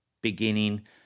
beginning